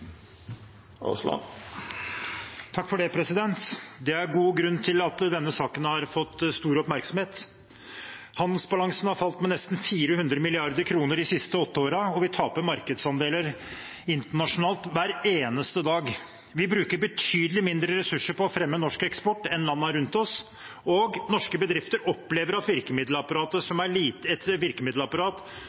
god grunn til at denne saken har fått stor oppmerksomhet. Handelsbalansen har falt med nesten 400 mrd. kr de siste åtte årene, og vi taper markedsandeler internasjonalt hver eneste dag. Vi bruker betydelig mindre ressurser på å fremme norsk eksport enn landene rundt oss, og norske bedrifter opplever et virkemiddelapparat som er lite